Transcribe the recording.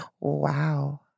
Wow